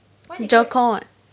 GER core [what]